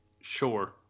Sure